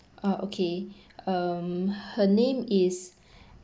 ah okay um her name is